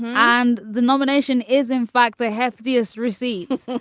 and the nomination is in fact the heftiest receipts,